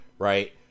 Right